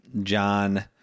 John